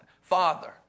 Father